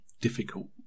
difficult